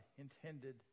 intended